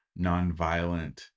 nonviolent